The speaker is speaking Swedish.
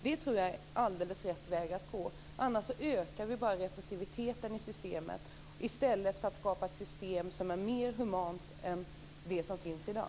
Det tror jag är alldeles rätt väg att gå. Annars ökar vi bara repressiviteten i systemet i stället för att skapa ett system som är mer humant än det som finns i dag.